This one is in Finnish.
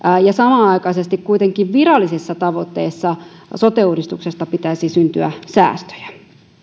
ja samanaikaisesti kuitenkin virallisissa tavoitteissa sote uudistuksesta pitäisi syntyä säästöjä